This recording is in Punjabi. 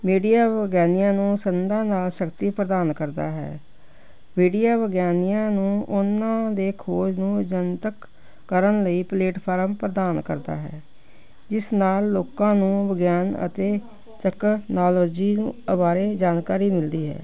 ਮੀਡੀਆ ਵਿਗਿਆਨੀਆਂ ਨੂੰ ਸੰਦਾਂ ਨਾਲ ਸ਼ਕਤੀ ਪ੍ਰਦਾਨ ਕਰਦਾ ਹੈ ਮੀਡੀਆ ਵਿਗਿਆਨੀਆਂ ਨੂੰ ਉਹਨਾਂ ਦੇ ਖੋਜ ਨੂੰ ਜਨਤਕ ਕਰਨ ਲਈ ਪਲੇਟਫਾਰਮ ਪ੍ਰਦਾਨ ਕਰਦਾ ਹੈ ਜਿਸ ਨਾਲ ਲੋਕਾਂ ਨੂੰ ਵਿਗਿਆਨ ਅਤੇ ਤਕਨੋਲੋਜੀ ਬਾਰੇ ਜਾਣਕਾਰੀ ਮਿਲਦੀ ਹੈ